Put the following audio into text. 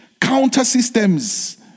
counter-systems